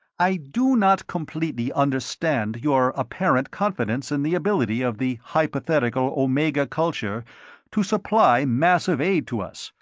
i do not completely understand your apparent confidence in the ability of the hypothetical omega culture to supply massive aid to us,